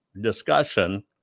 discussion